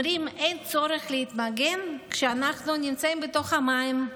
אומרים שאין צורך להתמגן כשאנחנו נמצאים בתוך המים,